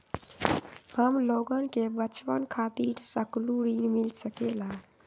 हमलोगन के बचवन खातीर सकलू ऋण मिल सकेला?